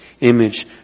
image